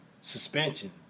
suspension